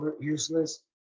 useless